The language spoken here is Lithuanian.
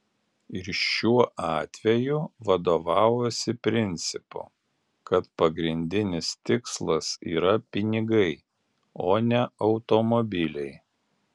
ir šiuo atveju vadovavosi principu kad pagrindinis tikslas yra pinigai o ne automobiliai